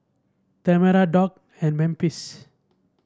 Tamera Doug and Memphis